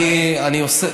אני עושה,